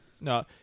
No